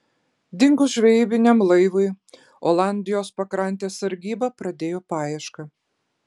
dingus žvejybiniam laivui olandijos pakrantės sargyba pradėjo paiešką